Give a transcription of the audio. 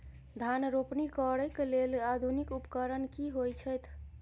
धान रोपनी करै कऽ लेल आधुनिक उपकरण की होइ छथि?